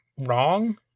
wrong